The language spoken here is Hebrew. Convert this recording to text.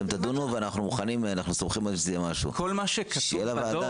אתם תדונו ואנחנו סומכים --- כל מה שקשור בדוח,